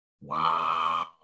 Wow